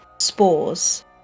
spores